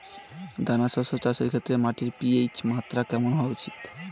দানা শস্য চাষের ক্ষেত্রে মাটির পি.এইচ মাত্রা কেমন হওয়া উচিৎ?